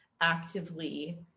actively